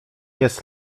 jest